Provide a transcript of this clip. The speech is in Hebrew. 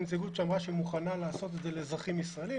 היא הנציגות שאמרה שהיא מוכנה לעשות את זה לאזרחים ישראליים.